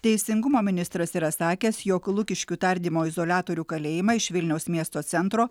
teisingumo ministras yra sakęs jog lukiškių tardymo izoliatorių kalėjimą iš vilniaus miesto centro